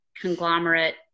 conglomerate